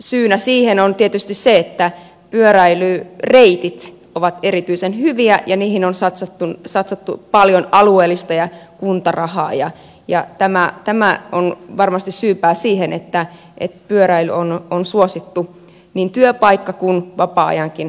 syynä siihen on tietysti se että pyöräilyreitit ovat erityisen hyviä ja niihin on satsattu paljon alueellista rahaa ja kuntarahaa ja tämä on varmasti syypää siihen että pyöräily on suosittua niin työmatkojen kuin vapaa ajankin suhteen